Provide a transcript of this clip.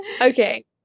Okay